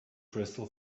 crystal